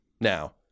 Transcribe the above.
now